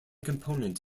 component